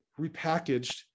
repackaged